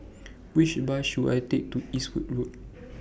Which Bus should I Take to Eastwood Road